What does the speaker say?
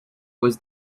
was